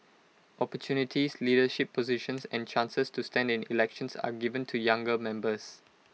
opportunities leadership positions and chances to stand in elections are given to younger members